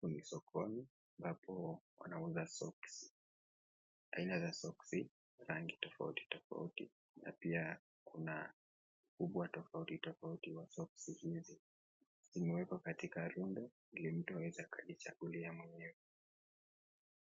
Huku ni sokoni ambapo wanauza soksi aina za soksi rangi tofauti tofauti na pia kuna ukubwa tofauti tofauti ya soksi hizi, zimewekwa katika rundo ili mtu aweze akajichagulia mwenyewe.